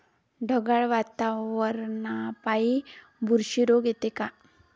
ढगाळ वातावरनापाई बुरशी रोग येते का?